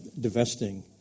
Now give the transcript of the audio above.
divesting